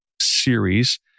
series